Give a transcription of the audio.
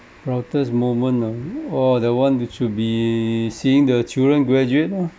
proudest moment ah oh the one it should be seeing the children graduate lah